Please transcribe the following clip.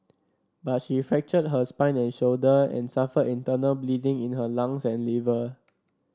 but she fractured her spine and shoulder and suffered internal bleeding in her lungs and liver